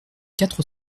quatre